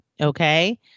okay